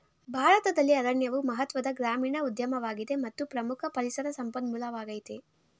ಭಾರತದಲ್ಲಿ ಅರಣ್ಯವು ಮಹತ್ವದ ಗ್ರಾಮೀಣ ಉದ್ಯಮವಾಗಿದೆ ಮತ್ತು ಪ್ರಮುಖ ಪರಿಸರ ಸಂಪನ್ಮೂಲವಾಗಯ್ತೆ